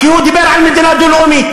כי הוא דיבר על מדינה דו-לאומית.